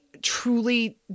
truly